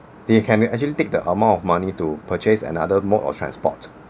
they can actually take the amount of money to purchase another mode of transport